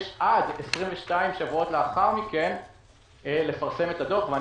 ויש לו עד 22 שבועות לאחר מכן לפרסם את הדוח אני